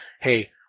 hey